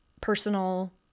personal